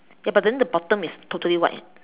ya but then the bottom is totally white